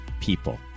people